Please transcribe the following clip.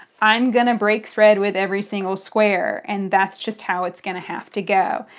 i'm going to break thread with every single square, and that's just how it's going to have to go.